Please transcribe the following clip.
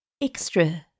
extra